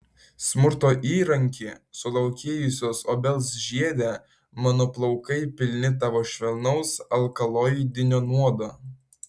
smurto įranki sulaukėjusios obels žiede mano plaukai pilni tavo švelnaus alkaloidinio nuodo